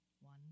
one